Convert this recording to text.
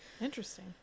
Interesting